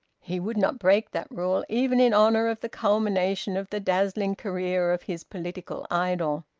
he would not break that rule even in honour of the culmination of the dazzling career of his political idol.